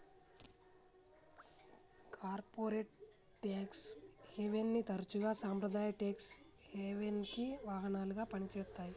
corporate tax హెవెన్ని తరచుగా సాంప్రదాయ ట్యేక్స్ హెవెన్కి వాహనాలుగా పనిచేత్తాయి